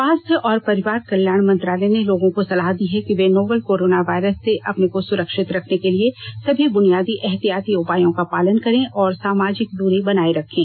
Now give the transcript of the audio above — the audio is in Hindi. स्वास्थ्य और परिवार कल्याण मंत्रालय ने लोगों को सलाह दी है कि वे नोवल कोरोना वायरस से अपने को सुरक्षित रखने के लिए सभी बुनियादी एहतियाती उपायों का पालन करें और सामाजिक दूरी बनाए रखें